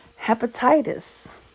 hepatitis